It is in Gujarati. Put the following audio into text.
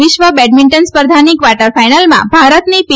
વિશ્વ બેડમિન્ટન સ્પર્ધાની કવાર્ટર ફાઈનલમાં ભારતની પી